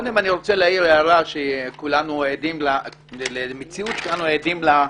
קודם אני רוצה להעיר הערה למציאות שכולנו עדים לה,